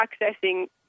accessing